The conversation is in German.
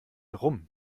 rum